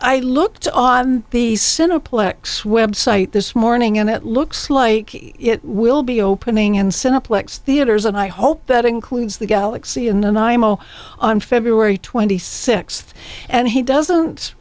i looked on the cineplex website this morning and it looks like it will be opening in cineplex theaters and i hope that includes the galaxy in an imo on february twenty sixth and he doesn't